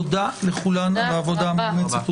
תודה לכולן על העבודה המאומצת.